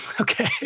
Okay